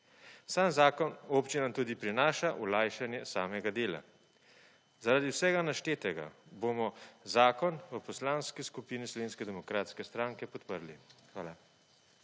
Sam zakon občinam tudi prinaša olajšanje samega dela. Zaradi vsega naštetega, bomo zakon v Poslanski skupini Slovenske demokratske stranke podprli. Hvala.